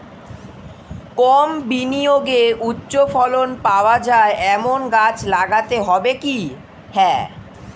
কম বিনিয়োগে উচ্চ ফলন পাওয়া যায় এমন গাছ লাগাতে হবে কি?